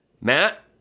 Matt